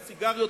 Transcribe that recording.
הסיגריות,